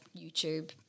YouTube